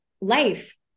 life